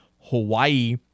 Hawaii